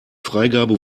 freigabe